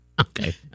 Okay